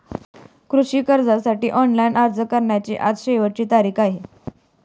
कृषी कर्जासाठी ऑनलाइन अर्ज करण्याची आज शेवटची तारीख आहे